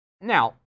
now